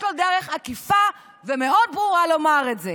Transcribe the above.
לו דרך עקיפה ומאוד ברורה לומר את זה.